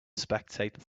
spectator